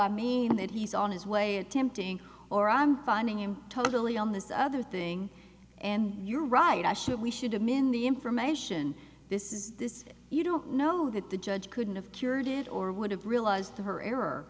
i mean that he's on his way attempting or i'm finding him totally on this other thing and you're right i should we should i'm in the information this is this you don't know that the judge couldn't have cured it or would have realized her